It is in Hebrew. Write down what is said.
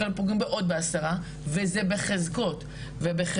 כך פוגעים בעוד 10 וזה בחזקות ובחברה